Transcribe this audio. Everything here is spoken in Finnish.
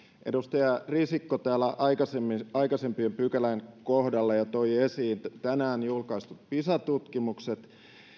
edustaja risikko täällä aikaisemman pykälän kohdalla jo toi esiin tänään julkaistut pisa tutkimukset